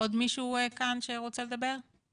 עוד מישהו כאן שרוצה לדבר?